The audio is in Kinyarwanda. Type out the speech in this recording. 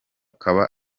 kaba